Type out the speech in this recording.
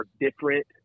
different